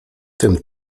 tym